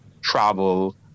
travel